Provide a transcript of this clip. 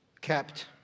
kept